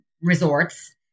resorts